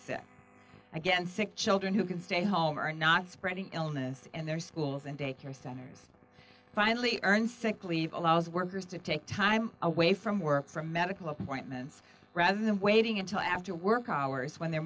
so again sick children who can stay home are not spreading illness and their schools and daycare centers are finally earned sick leave allows workers to take time away from work for medical appointments rather than waiting until after work hours when they're